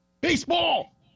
Baseball